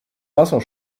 wasser